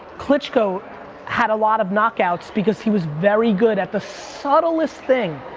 klitschko had a lot of knockouts because he was very good at the subtlest thing.